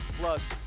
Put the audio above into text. Plus